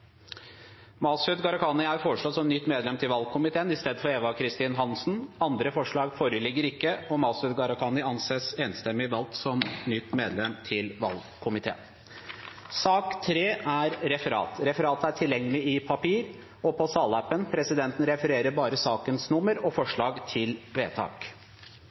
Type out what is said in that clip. Masud Gharahkhani. Masud Gharahkhani er foreslått som nytt medlem til valgkomiteen i stedet for Eva Kristin Hansen. – Andre forslag foreligger ikke, og Masud Gharahkhani anses enstemmig valgt som nytt medlem til valgkomiteen. Stortinget går da tilbake til sak nr. 2. La meg først på vegne av regjeringen gratulere presidenten